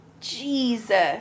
Jesus